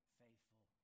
faithful